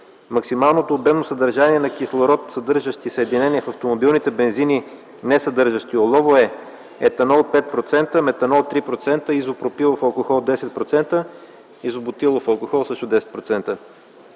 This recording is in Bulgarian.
максимално обемно съдържание на кислород, съдържащи съединения в автомобилните бензини, несъдържащи олово, е: етанол 5%, метанол 3%, изопропилов алкохол 10% и изобутилов алкохол 10%.